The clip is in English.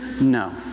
No